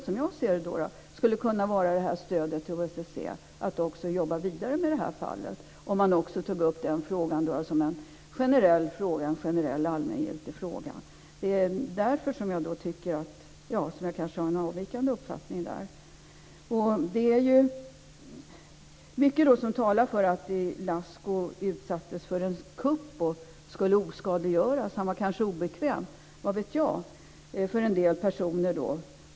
Som jag ser det skulle FN kunna vara det stödet för att jobba vidare med det här fallet om man tog upp frågan som en generell och allmängiltig fråga. Därför har jag en avvikande uppfattning där. Det är mycket som talar för att Ilascu utsattes för en kupp och skulle oskadliggöras. Han var kanske obekväm - vad vet jag - för en del personer.